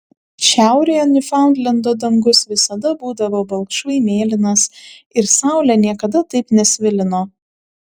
šiaurėje niufaundlendo dangus visada būdavo balkšvai mėlynas ir saulė niekada taip nesvilino